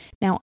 Now